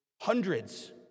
hundreds